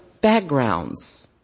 backgrounds